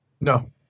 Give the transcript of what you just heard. No